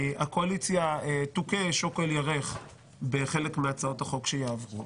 הקואליציה תוכה שוק על ירך בחלק מהצעות החוק שיעברו,